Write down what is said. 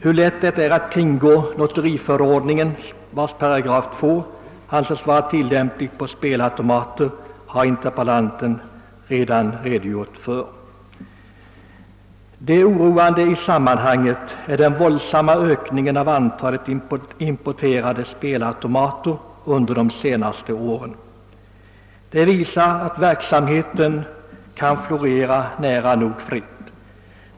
Hur lätt det är att kringgå lotteriförordningen, vars § 2 anses vara tillämplig på spelautomater, har interpellanten redan redogjiort för. Det mest oroande i sammanhanget är den våldsamma ökningen av antalet importerade spelautomater under de senaste åren. Det visar att verksamheten kan florera nära nog fritt.